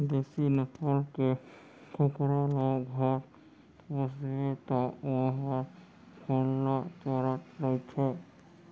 देसी नसल के कुकरा ल घर पोसबे तौ वोहर खुल्ला चरत रइथे